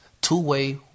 two-way